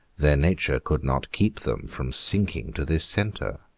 their nature could not keep them from sinking to this centre,